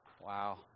Wow